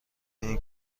این